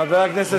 חבר הכנסת כבל,